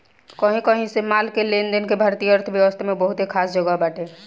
कही कही से माल के लेनदेन के भारतीय अर्थव्यवस्था में बहुते खास जगह बाटे